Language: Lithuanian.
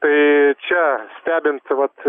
tai čia stebint vat